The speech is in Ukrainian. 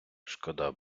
шкода